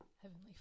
Heavenly